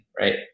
Right